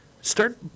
Start